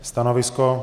Stanovisko?